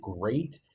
great